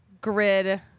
grid